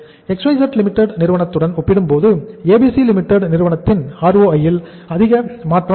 XYZ Limited நிறுவனத்துடன் ஒப்பிடும்போது ABC Limited நிறுவனத்தின் ROI ல் அதிக மாற்றம் இருக்கும்